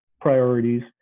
priorities